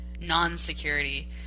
non-security